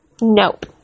Nope